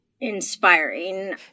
inspiring